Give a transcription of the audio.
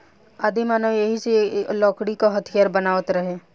आदिमानव एही से लकड़ी क हथीयार बनावत रहे